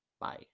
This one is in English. Bye